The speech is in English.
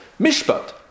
mishpat